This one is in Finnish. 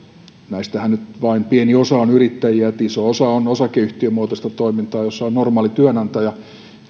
näistähän nyt vain pieni osa on yrittäjiä iso osa on osakeyhtiömuotoista toimintaa jossa on normaali työnantaja